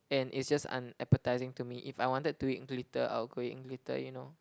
and it's just unappetising to me if I wanted to eat glitter I would go eat glitter you know